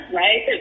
right